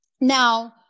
now